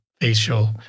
facial